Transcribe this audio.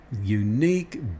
unique